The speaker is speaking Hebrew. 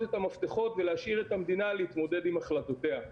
את המפתחות ולהשאיר את המדינה להתמודד עם החלטותיה.